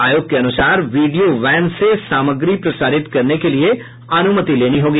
आयोग के अनुसार वीडियो वैन से सामग्री प्रसारित करने के लिए अनुमति लेनी होगी